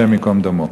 השם ייקום דמו.